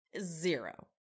Zero